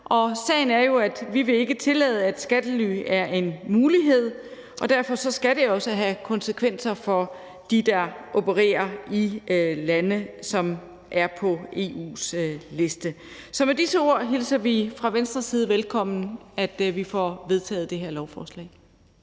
sagen er jo, at vi ikke vil tillade, at skattely er en mulighed, og derfor skal det også have konsekvenser for dem, der opererer i lande, som er på EU's liste. Så med disse ord hilser vi fra Venstres side det velkommen, at vi får vedtaget det her lovforslag.